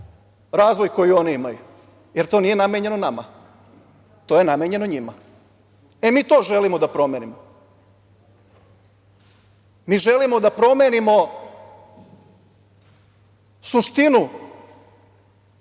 razvoj koji oni imaju, jer to nije namenjeno nama. To je namenjeno njima. Mi to želimo da promenimo. Mi želimo da promenimo suštinu